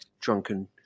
drunken